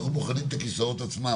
אנחנו בוחנים את הכיסאות עצמם,